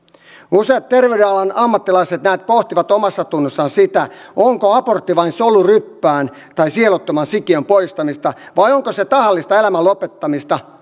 useat terveydenhuollon ammattilaiset näet pohtivat omassatunnossaan sitä onko abortti vain soluryppään tai sieluttoman sikiön poistamista vai onko se tahallista elämän lopettamista